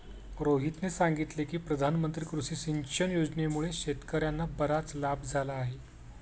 रोहितने सांगितले की प्रधानमंत्री कृषी सिंचन योजनेमुळे शेतकर्यांना बराच लाभ झाला आहे